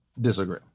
disagree